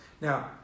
Now